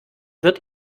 wird